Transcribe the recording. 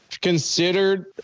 considered